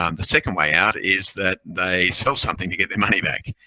um the second way out is that they sell something to get their money back.